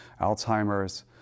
Alzheimer's